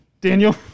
Daniel